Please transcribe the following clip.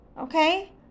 okay